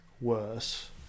worse